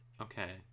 Okay